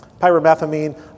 pyrimethamine